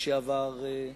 זה גם שלי.